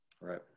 Right